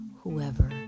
whoever